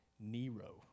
Nero